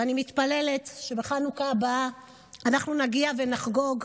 ואני מתפללת שבחנוכה הבא אנחנו נגיע ונחגוג,